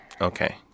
okay